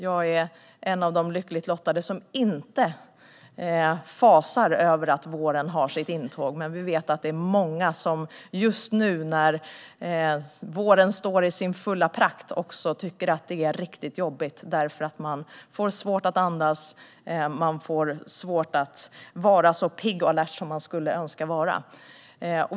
Jag är en av de lyckligt lottade som inte fasar för vårens intåg, men vi vet att det är många som just nu, när våren står i sin fulla prakt, tycker att det är riktigt jobbigt. De får nämligen svårt att andas och svårt att vara så pigga och alerta som de skulle önska.